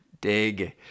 dig